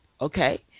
okay